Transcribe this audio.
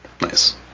Nice